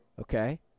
okay